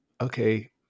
okay